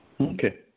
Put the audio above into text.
Okay